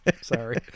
Sorry